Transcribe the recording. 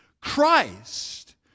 Christ